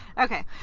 Okay